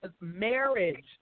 marriage